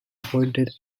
appointed